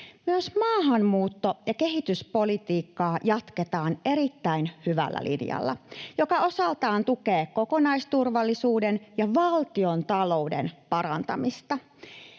Myös maahanmuutto- ja kehityspolitiikkaa jatketaan erittäin hyvällä linjalla, joka osaltaan tukee kokonaisturvallisuuden ja valtiontalouden parantamista.